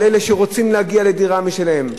על אלה שרוצים להגיע לדירה משלהם.